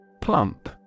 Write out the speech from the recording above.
Plump